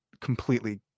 completely